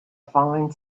falling